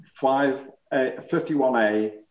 51A